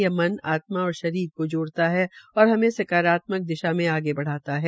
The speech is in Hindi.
यह मन आत्मा और शरीर को जोड़ता है और हमें सकारात्मक दिशा में आगे बढ़ाता है